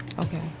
Okay